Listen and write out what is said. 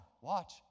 watch